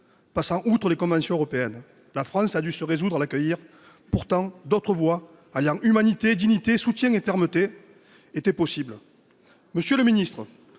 passant outre les conventions européennes. La France a dû se résoudre à l'accueillir. Pourtant, d'autres voies, alliant humanité et dignité, soutien et fermeté, étaient envisageables. Monsieur le ministre,